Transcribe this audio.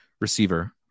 receiver